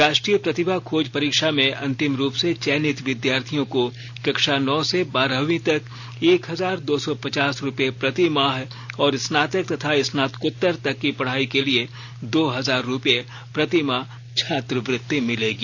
राष्ट्रीय प्रतिभा खोज परीक्षा में अंतिम रूप से चयनित विद्यार्थियों को कक्षा नौ से बारहवीं तक एक हजार दो सौ पचास रूपये प्रतिमाह और स्नातक तथा स्नातकोत्तर तक की पढ़ाई के लिए दो हजार रूपये प्रतिमाह छात्रवृत्ति मिलेगी